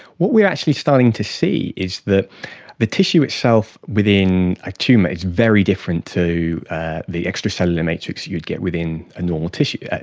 what we are actually starting to see is that the tissue itself within a tumour is very different to the extracellular matrix you'd get within a normal tissue.